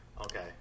Okay